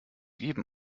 jedem